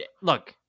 look